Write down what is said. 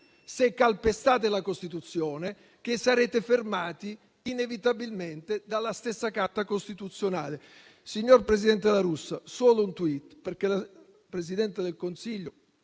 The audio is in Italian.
se calpestate la Costituzione, essere fermati inevitabilmente dalla stessa Carta costituzionale. Signor presidente La Russa, mi consenta solo un *tweet*, perché la Presidente del Consiglio